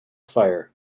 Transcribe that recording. fire